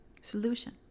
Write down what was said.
solution